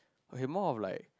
okay more of like